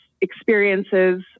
experiences